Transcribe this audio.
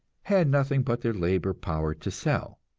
had nothing but their labor power to sell.